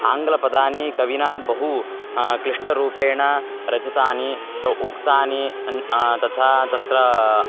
आङ्गलपदानि कविना बहु क्लिष्टरूपेण रचितानि उक्तानि अन् तथा तत्र